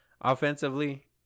offensively